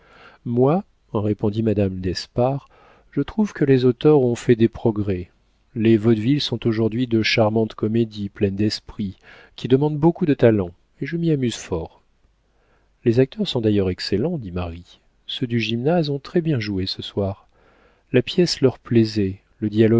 moi répondit madame d'espard je trouve que les auteurs ont fait des progrès les vaudevilles sont aujourd'hui de charmantes comédies pleines d'esprit qui demandent beaucoup de talent et je m'y amuse fort les acteurs sont d'ailleurs excellents dit marie ceux du gymnase ont très-bien joué ce soir la pièce leur plaisait le